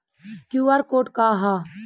QR code का ह?